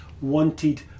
wanted